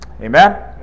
amen